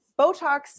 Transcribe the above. Botox